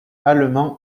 allemand